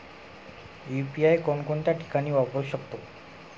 UPI कोणकोणत्या ठिकाणी वापरू शकतो?